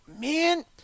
man